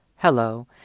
Hello